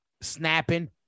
snapping